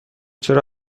چرا